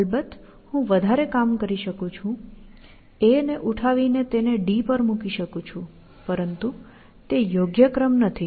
અલબત્ત હું વધારે કામ કરી શકું છું A ને ઉઠાવી ને તેને D પર મૂકી શકું છું પરંતુ તે યોગ્ય ક્રમ નથી